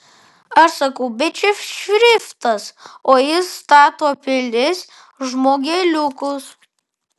aš sakau bet čia šriftas o jis stato pilis žmogeliukus